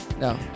No